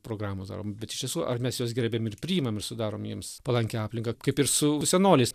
programas darom bet iš tiesų ar mes juos gerbiam ir priimam ir sudarom jiems palankią aplinką kaip ir su senoliais